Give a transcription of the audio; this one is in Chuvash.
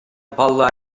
паллӑ